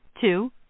two